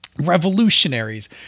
revolutionaries